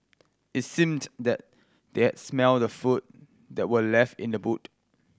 it seemed that they had smelt the food that were left in the boot